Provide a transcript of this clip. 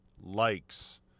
likes